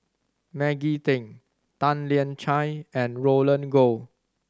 Maggie Teng Tan Lian Chye and Roland Goh